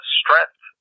strength